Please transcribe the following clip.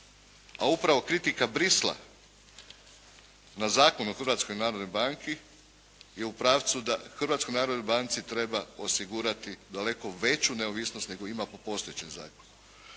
a upravo kritika Bruxellesa na Zakon o Hrvatskoj narodnoj banki je u pravcu da Hrvatskoj narodnoj banci treba osigurati daleko veću neovisnost nego ima po postojećem zakonu.